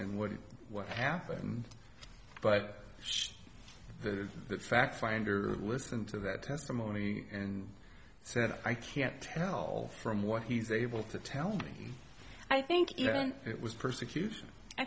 and what what happened but the fact finder listened to that testimony and said i can't tell from what he's able to tell me i think it was persecution i